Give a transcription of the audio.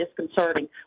disconcerting